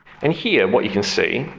and here, what you can see,